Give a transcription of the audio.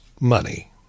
money